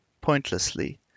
pointlessly